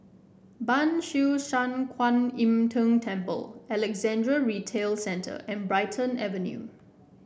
Ban Siew San Kuan Im Tng Temple Alexandra Retail Centre and Brighton Avenue